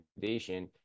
foundation